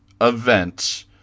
event